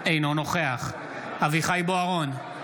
אינו נוכח אביחי אברהם בוארון,